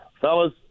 Fellas